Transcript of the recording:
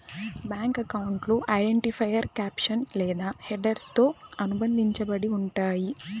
bank అకౌంట్లు identifier caption లేదా హెడర్తో అనుబంధించబడి ఉంటయ్యి